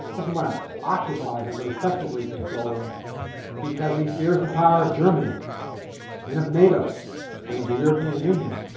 doesn't want to occupy them but effectively control them because he fears the power of germany and of nato and of the european union.